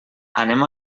anem